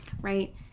right